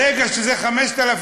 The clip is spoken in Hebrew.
ברגע שזה 5,300,